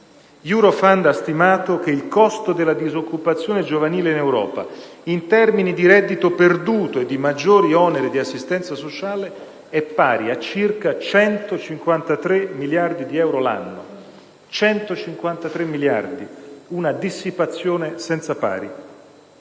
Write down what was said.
Eurofound ha stimato che il costo della disoccupazione giovanile in Europa, in termini di reddito perduto e di maggiori oneri di assistenza sociale, è pari a circa 153 miliardi di euro l'anno: una dissipazione senza pari.